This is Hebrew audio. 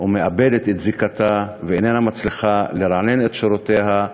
ומאבדת את זיקתה ואיננה מצליחה לרענן את שורותיה,